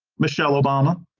michelle obama,